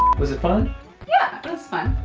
was it fun? yeah it was fun.